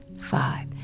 five